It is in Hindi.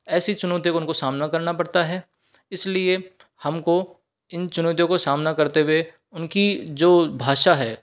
ऐसी चुनौतियों को उनको सामना करना पड़ता है इसलिए हमको इन चुनौतियों का सामना करते हुए उनकी जो भाषा है